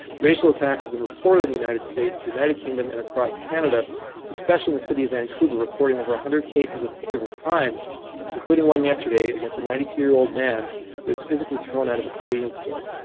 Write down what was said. racial attacks have been reported in the united states, the united kingdom and across canada especially the city of vancouver reporting over one hundred cases of hate drivin crime including one yesterday against a ninety two year old man who is physically thrown out of a convenience store.